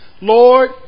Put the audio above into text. Lord